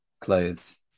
clothes